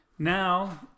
now